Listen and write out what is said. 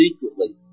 secretly